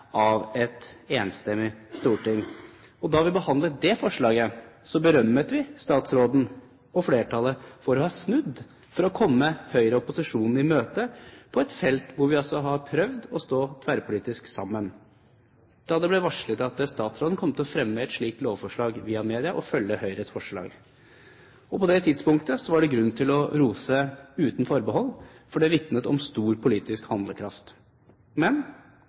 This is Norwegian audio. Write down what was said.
av et enstemmig storting. Da vi behandlet det forslaget, berømmet vi statsråden og flertallet for å ha snudd ved å komme Høyre og opposisjonen i møte, på et felt hvor vi altså har prøvd å stå tverrpolitisk sammen, da det ble varslet at statsråden kom til å fremme et slikt lovforslag via media – og følge Høyres forslag. På det tidspunktet var det grunn til å rose uten forbehold, for det vitnet om stor politisk handlekraft. Men